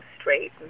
straight